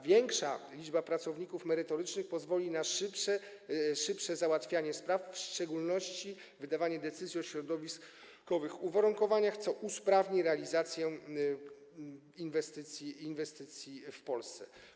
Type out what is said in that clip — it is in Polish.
Większa liczba pracowników merytorycznych pozwoli na szybsze załatwianie spraw, w szczególności wydawanie decyzji o środowiskowych uwarunkowaniach, co usprawni realizację inwestycji w Polsce.